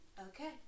Okay